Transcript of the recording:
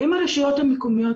אם הרשויות המקומיות